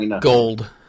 gold